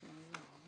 אתם מדברים על